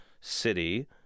city